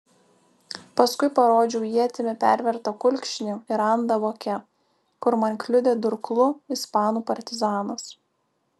paskui parodžiau ietimi pervertą kulkšnį ir randą voke kur man kliudė durklu ispanų partizanas